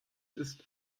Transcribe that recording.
ist